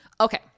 Okay